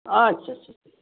ᱟᱪᱪᱷᱟ ᱟᱪᱪᱷᱟ ᱟᱪᱪᱷᱟ